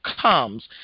comes